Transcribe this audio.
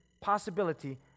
Possibility